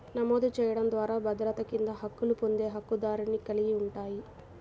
నమోదు చేయడం ద్వారా భద్రత కింద హక్కులు పొందే హక్కుదారుని కలిగి ఉంటాయి,